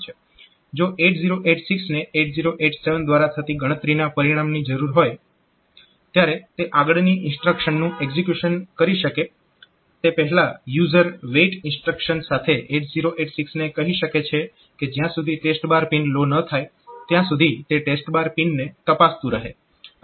જો 8086 ને 8087 દ્વારા થતી ગણતરીના પરીણામની જરૂર હોય ત્યારે તે આગળની ઇન્સ્ટ્રક્શનનું એક્ઝીક્યુશન કરી શકે તે પહેલાં યુઝર WAIT ઇન્સ્ટ્રક્શન સાથે 8086 ને કહી શકે છે કે જ્યાં સુધી TEST પિન લો ન થાય ત્યાં સુધી તે TEST પિનને તપાસતું રહે